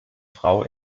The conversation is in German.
frau